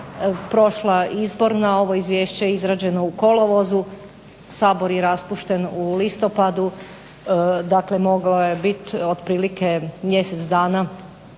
prošla izborna. Ovo izvješće je izrađeno u kolovozu, Sabor je raspušten u listopadu, dakle moglo je bit otprilike mjesec dana